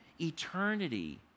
eternity